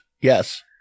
Yes